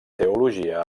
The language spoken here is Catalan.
teologia